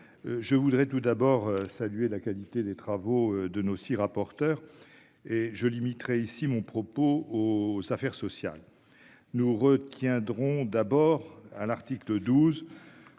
Je voudrais tout d'abord saluer la qualité des travaux de nos aussi rapporteur et je limiterai ici mon propos aux Affaires sociales. Nous retiendrons d'abord à l'article 12.